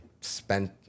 spent